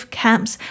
camps